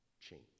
change